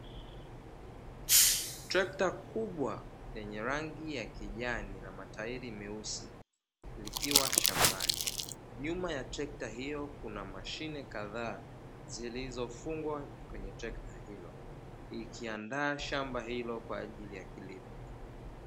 Trekta kubwa lenye rangi ya kijani na matairi meusi likiwa shambani, nyuma ya trekta ilo kuna matairi kadhaa zilizofungwa kwenye trekta izo zikiandaa shamba hilo kwa ajili ya kilimo.